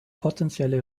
potenzielle